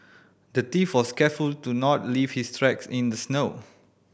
the thief was careful to not leave his tracks in the snow